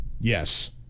Yes